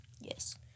Yes